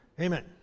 Amen